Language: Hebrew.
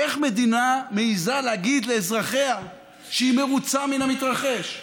איך מדינה מעיזה להגיד לאזרחיה שהיא מרוצה מהמתרחש?